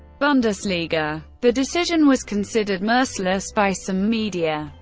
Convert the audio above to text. bundesliga. the decision was considered merciless by some media.